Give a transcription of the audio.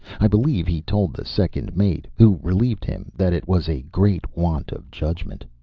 i believe he told the second mate, who relieved him, that it was a great want of judgment.